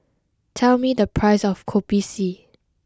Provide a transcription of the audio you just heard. tell me the price of Kopi C